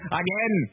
again